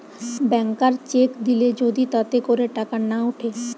ব্যাংকার cheque দিলে যদি তাতে করে টাকা না উঠে